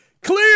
Clear